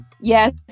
Yes